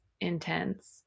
intense